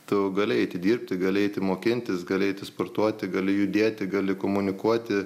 tu gali eiti dirbti gali eiti mokintis gali eiti sportuoti gali judėti gali komunikuoti